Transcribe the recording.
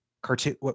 Cartoon